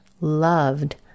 loved